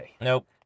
Nope